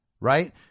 Right